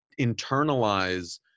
internalize